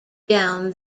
down